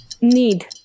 Need